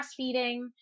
breastfeeding